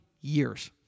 years